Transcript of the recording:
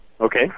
Okay